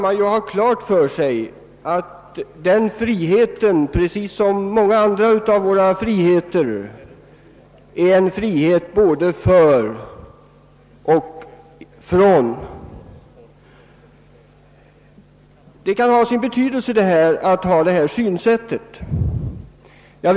Man skall ha klart för sig att religionsfriheten i likhet med alla andra friheter är både en frihet för någonting och en frihet att ta avstånd från någonting. Det är ett synsätt som kan ha sin betydelse.